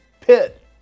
Pitt